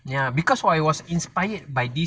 ya because why I was inspired by this